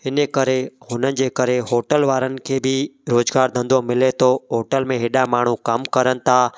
हिन करे हुननि जे करे होटल वारनि खे बि रोज़गारु धंधो मिले थो होटल में हेॾा माण्हू कमु करनि था